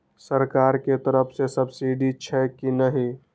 सरकार के तरफ से सब्सीडी छै कि नहिं?